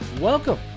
Welcome